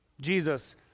Jesus